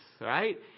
right